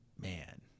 Man